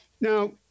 Now